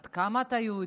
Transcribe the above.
עד כמה אתה יהודי,